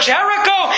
Jericho